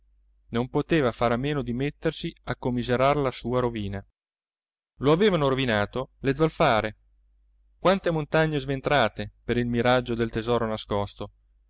non poteva fare a meno di mettersi a commiserar la sua rovina lo avevano rovinato le zolfare quante montagne sventrate per il miraggio del tesoro nascosto